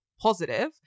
positive